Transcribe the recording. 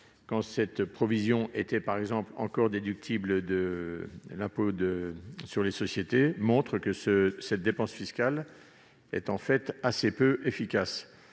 quand cette provision était encore déductible de l'impôt sur les sociétés, montrent que cette dépense fiscale est en fait assez peu efficace.